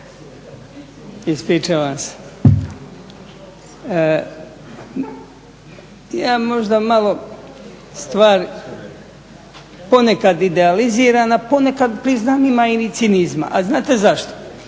Glavak, ja možda malo stvar ponekad idealiziram, a ponekad priznam imam i cinizma. A znate zašto?